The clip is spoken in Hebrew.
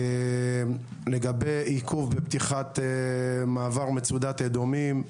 לגבי עיכוב בפתיחת מעבר מצודת אדומים,